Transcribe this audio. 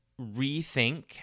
rethink